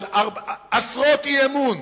עשרות הצעות אי-אמון,